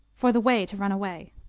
for the whey to run away.